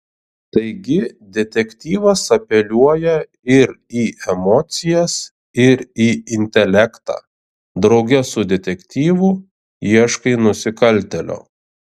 taigi detektyvas apeliuoja ir į emocijas ir į intelektą drauge su detektyvu ieškai nusikaltėlio